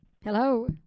Hello